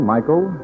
Michael